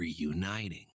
reuniting